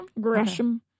Gresham